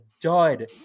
dud